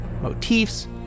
motifs